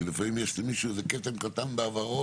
כי לפעמים יש למישהו איזה כתם קטן בעברו,